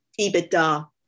EBITDA